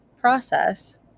process